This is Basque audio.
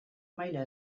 maila